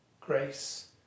Grace